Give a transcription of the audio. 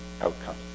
outcome